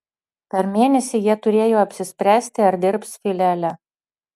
per mėnesį jie turėjo apsispręsti ar dirbs filiale